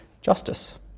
justice